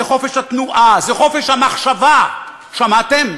זה חופש התנועה, זה חופש המחשבה, שמעתם?